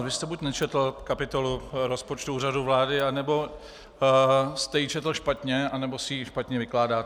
Vy jste buď nečetl kapitolu rozpočtu Úřadu vlády, anebo jste ji četl špatně, anebo si ji špatně vykládáte.